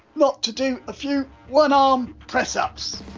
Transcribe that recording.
not to do a few one arm press ups